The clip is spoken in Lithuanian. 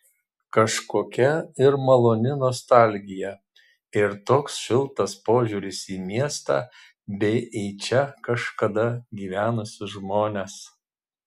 kažkokia ir maloni nostalgija ir toks šiltas požiūris į miestą bei į čia kažkada gyvenusius žmones